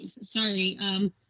Sorry